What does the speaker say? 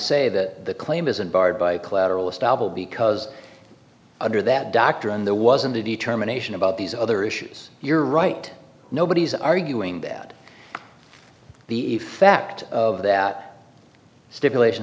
say that the claim isn't barred by collateral estoppel because under that doctrine there wasn't a determination about these other issues you're right nobody's arguing that the effect of that stipulation